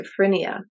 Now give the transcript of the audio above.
schizophrenia